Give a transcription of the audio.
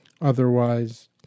Otherwise